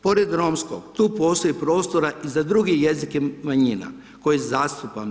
Pored romskog, tu postoji prostora i za druge jezike manjina koje zastupam.